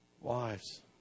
Wives